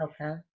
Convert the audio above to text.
Okay